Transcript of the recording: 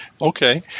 Okay